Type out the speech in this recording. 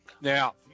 Now